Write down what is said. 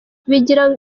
bigira